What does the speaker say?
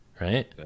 right